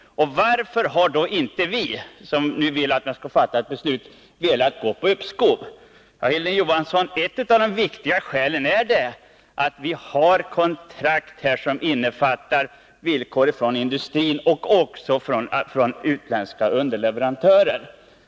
Varför har då inte vi, som nu vill att ett beslut skall fattas, kunnat gå på uppskovslinjen? Ett av de viktigaste skälen är våra kontrakt med industrin och med utländska underleverantörer.